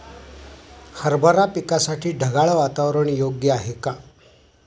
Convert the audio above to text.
हरभरा पिकासाठी ढगाळ वातावरण योग्य आहे का?